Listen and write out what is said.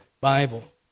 Bible